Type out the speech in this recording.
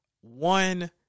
One